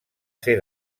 ser